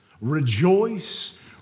Rejoice